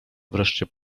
wreszcie